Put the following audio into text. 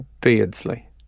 Beardsley